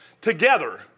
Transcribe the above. Together